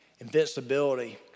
invincibility